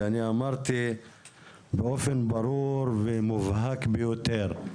ואני אמרתי באופן ברור ומובהק ביותר,